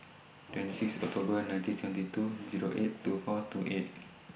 twenty six October nineteen seventy two Zero eight two four two eight